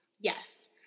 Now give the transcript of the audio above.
Yes